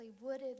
wooded